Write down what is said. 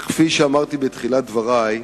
אך כפי שאמרתי בתחילת דברי,